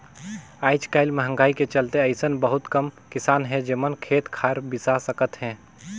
आयज कायल मंहगाई के चलते अइसन बहुत कम किसान हे जेमन खेत खार बिसा सकत हे